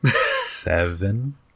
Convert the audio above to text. seven